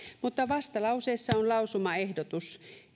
mutta vastalauseessa on lausumaehdotus